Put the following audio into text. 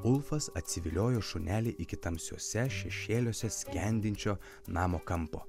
ulfas atsiviliojo šunelį iki tamsiuose šešėliuose skendinčio namo kampo